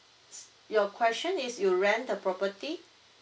your question is you rent the property